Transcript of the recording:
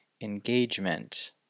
Engagement